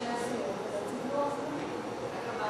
היושב-ראש יכול לפנות לראשי הסיעות ולהציג לוח זמנים.